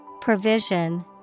Provision